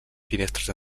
finestres